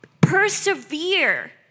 persevere